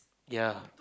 yeah